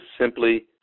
simply